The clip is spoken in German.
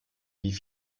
wie